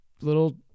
little